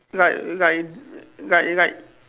like like like like